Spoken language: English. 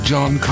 John